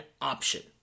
option